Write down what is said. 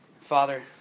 Father